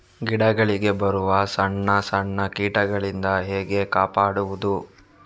ಗಿಡಗಳಿಗೆ ಬರುವ ಸಣ್ಣ ಸಣ್ಣ ಕೀಟಗಳಿಂದ ಹೇಗೆ ಕಾಪಾಡುವುದು?